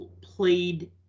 played